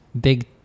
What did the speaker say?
big